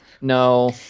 No